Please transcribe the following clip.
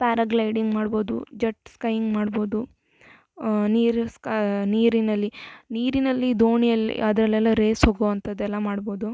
paragliding ಮಾಡ್ಬೋದು jetskiing ಮಾಡ್ಬೋದು ನೀರು ಸ್ಕಾ ನೀರಿನಲ್ಲಿ ನೀರಿನಲ್ಲಿ ದೋಣಿಯಲ್ಲಿ ಅದರಲ್ಲೆಲ್ಲ ರೇಸ್ ಹೋಗುವಂಥದೆಲ್ಲ ಮಾಡ್ಬೋದು